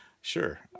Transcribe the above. sure